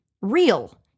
real